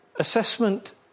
Assessment